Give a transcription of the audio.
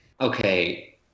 Okay